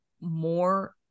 more